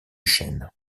chêne